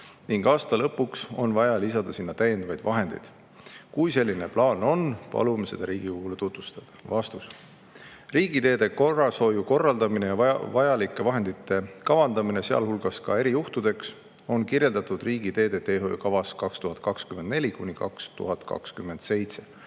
ning aasta lõpuks on vaja lisada sinna täiendavaid vahendeid? Kui selline plaan on, palume seda Riigikogule tutvustada." Riigiteede korrashoiu korraldamine ja vajalike vahendite kavandamine, sealhulgas ka erijuhtudeks, on kirjeldatud riigiteede teehoiukavas 2024–2027.